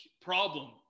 problem